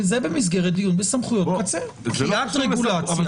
זה במסגרת דיון בסמכויות קצה, לגבי פקיעת רגולציה.